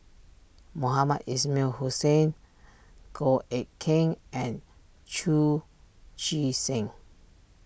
Mohamed Ismail Hussain Goh Eck Kheng and Chu Chee Seng